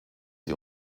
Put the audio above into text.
die